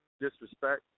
disrespect